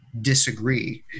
disagree